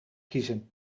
kiezen